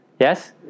Yes